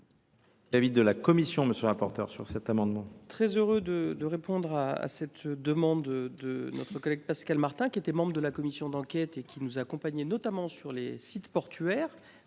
l’avis de la commission ? Je suis très heureux de répondre à cette demande de notre collègue Pascal Martin, qui était membre de la commission d’enquête et qui nous accompagnait, notamment, sur les sites portuaires,